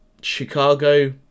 Chicago